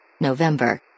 November